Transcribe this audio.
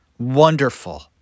Wonderful